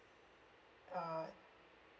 uh